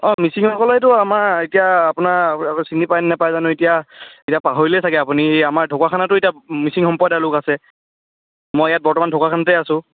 অঁ মিচিংসকলেতো আমাৰ এতিয়া আপোনাৰ আকৌ চিনি পাই নাপাই জানো এতিয়া এতিয়া পাহৰিলেই চাগৈ আপুনি এই আমাৰ ঢকুৱাখানটো এতিয়া মিচিং সম্প্ৰদায়ৰ লোক আছে মই ইয়াত বৰ্তমান ঢকুৱাখানতে আছো